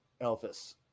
Elvis